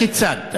הכיצד?